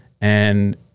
and-